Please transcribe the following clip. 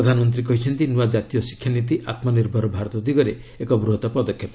ପ୍ରଧାନମନ୍ତ୍ରୀ କହିଛନ୍ତି ନୂଆ ଜାତୀୟ ଶିକ୍ଷାନୀତି ଆତ୍କନିର୍ଭର ଭାରତ ଦିଗରେ ଏକ ବୃହତ ପଦକ୍ଷେପ